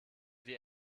die